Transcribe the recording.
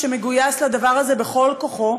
שמגויס לדבר הזה בכל כוחו,